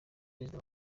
prezida